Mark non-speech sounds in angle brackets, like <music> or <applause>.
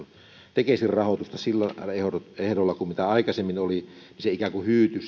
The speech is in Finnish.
tekesin rahoitusta niillä ehdoilla kuin aikaisemmin niin se yhteinen kohde ikään kuin hyytyi <unintelligible>